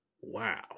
wow